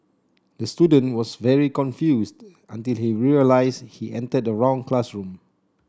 the student was very confused until he realised he entered the wrong classroom